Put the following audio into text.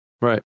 Right